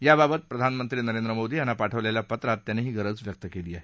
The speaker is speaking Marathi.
याबाबत प्रधानमंत्री नरेंद्र मोदी यांना पाठवलेल्या पत्रात त्यांनी ही गरज व्यक्त केली आहे